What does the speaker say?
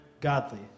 godly